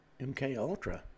MKUltra